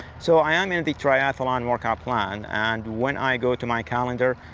so i am in the triathlon workout plan, and when i go to my calendar,